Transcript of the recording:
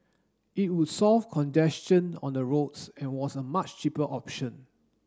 it would solve congestion on the roads and was a much cheaper option